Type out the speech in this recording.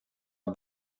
när